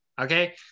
Okay